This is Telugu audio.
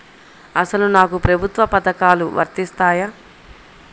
అసలు నాకు ప్రభుత్వ పథకాలు వర్తిస్తాయా?